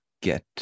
get